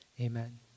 amen